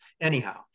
Anyhow